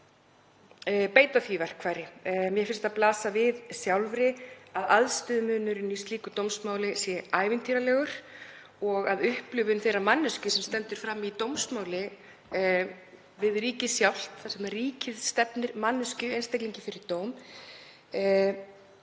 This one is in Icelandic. beita því verkfæri. Mér finnst það blasa við sjálfri að aðstöðumunurinn í slíku dómsmáli sé ævintýralegur og að upplifun þeirrar manneskju sem stendur frammi fyrir dómsmáli við ríkið sjálft, þar sem ríkið stefnir einstaklingi fyrir dóm,